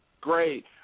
Great